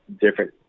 different